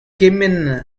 kement